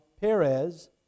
Perez